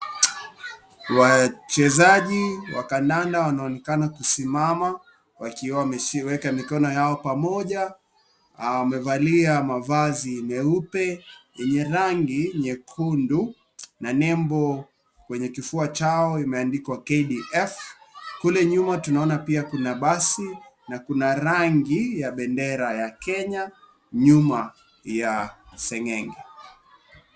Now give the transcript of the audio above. Wachezaji wa kandanda wanaonekana kusimama wakiwa wameweka mikono yao pamoja, wamevalia mavazi meupe yenye rangi nyekundu na nembo kwenye kifua chao kimeandikwa KDF kule nyuma tunaona pia kuna basi na kuna rangi ya bendera ya Kenya nyuma ya seng'eng'e.